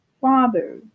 Father